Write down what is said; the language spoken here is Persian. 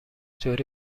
توری